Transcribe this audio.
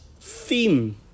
theme